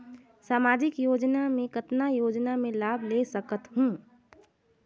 समाजिक योजना मे कतना योजना मे लाभ ले सकत हूं?